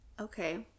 okay